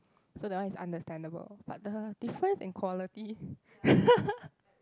so that one is understandable but the difference in quality